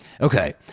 Okay